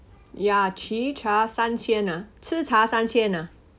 ya chicha 三千啊吃茶三千啊